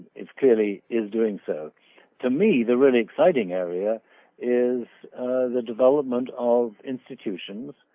it clearly is doing so to me the really exciting area is the development of institutions